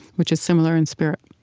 which is similar in spirit,